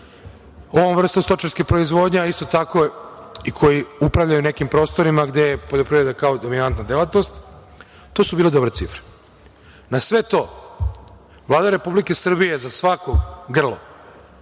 ovom vrstom stočarske proizvodnje, a isto tako i koji upravljaju nekim prostorima gde je poljoprivreda kao dominantna delatnost. To su bile dobre cifre. Na sve to, Vlada Republike Srbije je za svako grlo,